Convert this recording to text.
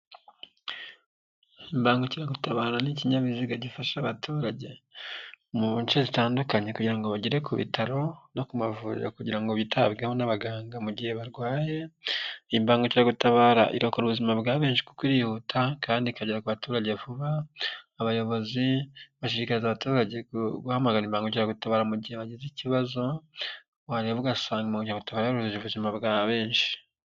Imbangukiragutabara n'ikinyabiziga gifasha abaturage mu bice bitandukanye kugira ngo bagere ku bitaro no ku mavurira kugira ngo bitabweho n'abaganga mu gihe barwaye. Imbangukiragutabara irokora ubuzima bwa benshi, kwihuta kandi ikagera ku baturage vuba. Abayobozi bashikariza abaturage guhamagara imbangagukiragutabara mu gihe bagize ikibazo, wareba ugasangaubutaba yoroheje ubuzima bwa benshi.